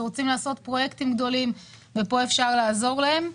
או רשויות שרוצות לעשות פרויקטים גדולים ופה אפשר לעזור להם.